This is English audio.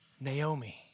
Naomi